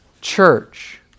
church